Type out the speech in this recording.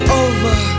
over